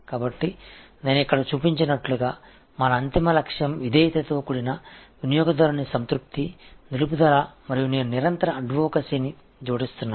எனவே நம் இறுதி நோக்கம் விசுவாசம் கஸ்டமர் திருப்தி தக்கவைத்தல் என்பதை நான் இங்கே காட்டுகிறேன் நான் தொடர்ந்து அட்வோகஸி வாங்குகிறேன்